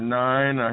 nine